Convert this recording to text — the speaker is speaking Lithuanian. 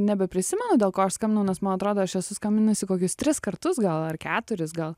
nebeprisimenu dėl ko aš skambinau nes man atrodo aš esu skambinusi kokius tris kartus gal ar keturis gal